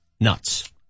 nuts